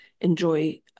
enjoy